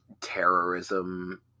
terrorism